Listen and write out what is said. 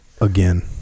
again